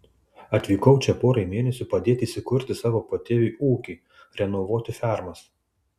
atvykau čia porai mėnesių padėti įsikurti savo patėviui ūkį renovuoti fermas